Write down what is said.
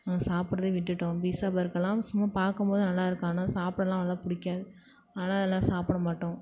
நாங்கள் சாப்பிட்றதே விட்டுட்டோம் பீஸா பர்கர்லாம் சும்மா பாக்கும்போது நல்லாருக்கும் ஆனால் சாப்பிடலாம் அவ்வளோதா பிடிக்காது அதனால அதெல்லாம் சாப்பிடமாட்டோம்